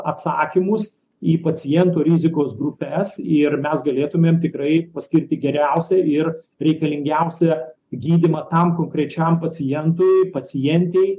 atsakymus į pacientų rizikos grupes ir mes galėtumėm tikrai paskirti geriausią ir reikalingiausią gydymą tam konkrečiam pacientui pacientei